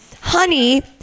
honey